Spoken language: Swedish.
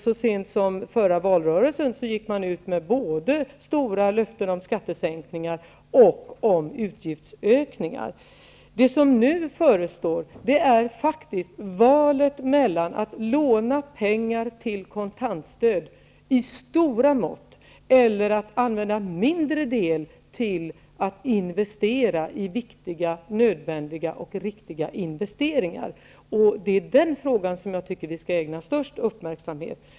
Så sent som i förra valrörelsen gick man ut med stora löften både om skattesänkningar och om utgiftsökningar. Det som nu förestår är valet mellan att låna pengar till kontantstöd i stora mått, eller att använda en mindre del till viktiga, nödvändiga och riktiga investeringar. Det är den frågan jag tycker att vi skall ägna störst uppmärksamhet.